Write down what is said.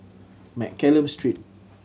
Mccallum Street